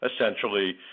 essentially